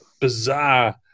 bizarre